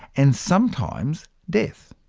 and sometimes, death.